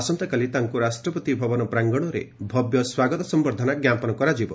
ଆସନ୍ତାକାଲି ତାଙ୍କ ରାଷ୍ଟ୍ରପତି ଭବନ ପ୍ରାଙ୍ଗଣରେ ଭବ୍ୟ ସ୍ୱାଗତ ସମ୍ଭର୍ଦ୍ଧନା ଜ୍ଞାପନ କରାଯିବ